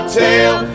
tell